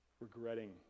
regretting